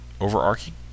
overarching